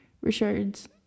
Richard's